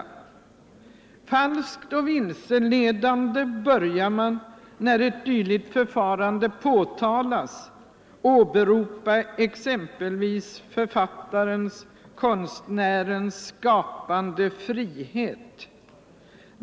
Falskt och vilseledande börjar man, när ett dylikt förfarande påtalas, åberopa exempelvis författarens, konstnärens skapande frihet.